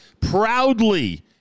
proudly